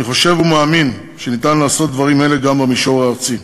אני חושב ומאמין שניתן לעשות דברים אלה גם במישור הארצי.